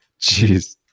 Jeez